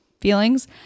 feelings